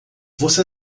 você